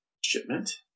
shipment